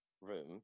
room